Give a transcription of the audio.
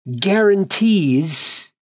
guarantees